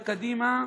בקדימה,